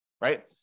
right